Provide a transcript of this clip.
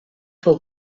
fou